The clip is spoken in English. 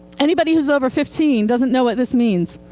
anybody who's over fifteen doesn't know what this means,